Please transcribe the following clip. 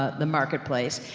ah the marketplace.